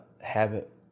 habit